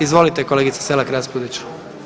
Izvolite kolegice Selak Raspudić.